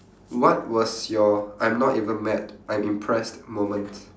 what was your I'm not even mad I'm impressed moment